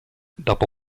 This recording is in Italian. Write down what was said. dopo